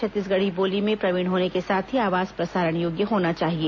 छत्तीसगढ़ी बोली में प्रवीण होने के साथ ही आवाज प्रसारण योग्य होना चाहिए